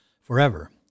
forever